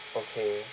okay